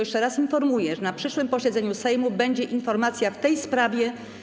Jeszcze raz informuję, że na przyszłym posiedzeniu Sejmu będzie informacja w tej sprawie.